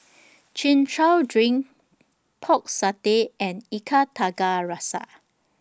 Chin Chow Drink Pork Satay and Ikan Tiga Rasa